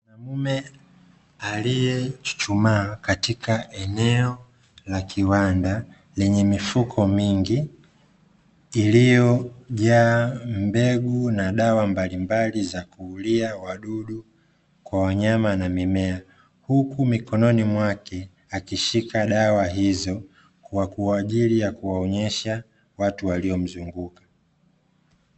Mwanaume aliyechuchumaa, katika eneo la kiwanda lenye mifuko mingi iliyojaa mbegu na dawa mbalimbali za kuulia wadudu kwa wanyama na mimea, huku mikononi mwake akishika dawa hizo kwa ajili ya kuwaonyesha watu waliomzunguka.